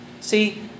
See